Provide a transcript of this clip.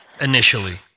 initially